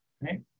right